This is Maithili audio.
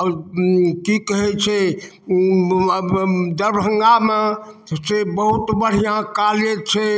की कहैत छै दरभंगामे से बहुत बढ़िआँ कालेज छै